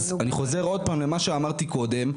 אז אני חוזר עוד פעם למה שאמרתי קודם.